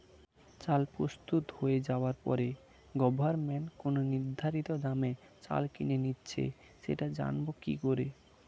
চাল প্রস্তুত হয়ে যাবার পরে গভমেন্ট কোন নির্ধারিত দামে চাল কিনে নিচ্ছে সেটা জানবো কি করে?